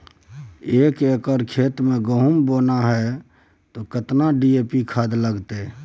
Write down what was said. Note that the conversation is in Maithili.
एक एकर खेत मे गहुम बोना है त केतना डी.ए.पी खाद लगतै?